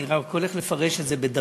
אני רק הולך לפרש את זה בדרכי,